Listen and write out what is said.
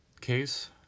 case